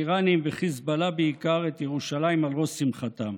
האיראנים וחיזבאללה בעיקר את ירושלים על ראש שמחתם.